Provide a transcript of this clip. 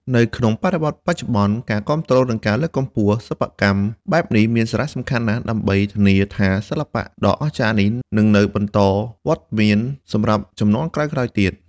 នៅក្នុងបរិបទបច្ចុប្បន្ន ការគាំទ្រនិងការលើកកម្ពស់សិប្បកម្មបែបនេះមានសារៈសំខាន់ណាស់ដើម្បីធានាថាសិល្បៈដ៏អស្ចារ្យនេះនឹងនៅបន្តមានវត្តមានសម្រាប់ជំនាន់ក្រោយៗទៀត។